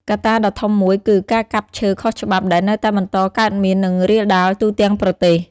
កត្តាដ៏ធំមួយគឺ ការកាប់ឈើខុសច្បាប់ ដែលនៅតែបន្តកើតមាន និងរាលដាលទូទាំងប្រទេស។